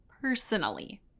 personally